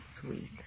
Sweet